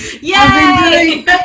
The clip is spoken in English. Yay